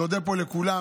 נודה פה לכולם,